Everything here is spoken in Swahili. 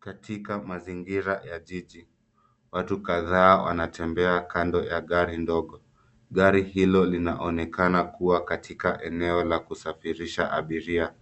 Katika mazingira ya jiji, watu kadhaa wanatembea kando ya gari ndogo. Gari hilo linaonekana kuwa katika eneo la kusafirisha abiria